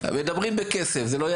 לא הבנתי.